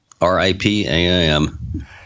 R-I-P-A-I-M